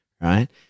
right